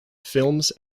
films